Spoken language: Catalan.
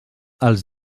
els